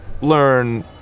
learn